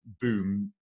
boom